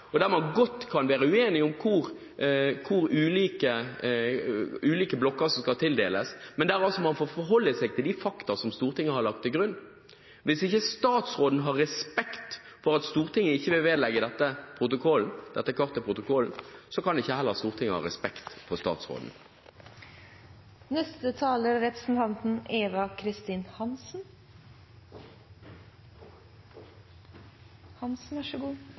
– der regjeringspartiene forholder seg til sine samarbeidspartnere, og der man godt kan være uenig om ulike blokker som skal tildeles, men der man må forholde seg til de fakta som Stortinget har lagt til grunn – kan heller ikke Stortinget ha respekt for statsråden. Representanten Eva Kristin Hansen